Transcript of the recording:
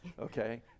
okay